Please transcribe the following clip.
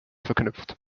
verknüpft